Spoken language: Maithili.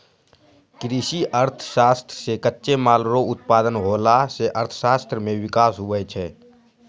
कृषि अर्थशास्त्र से कच्चे माल रो उत्पादन होला से अर्थशास्त्र मे विकास हुवै छै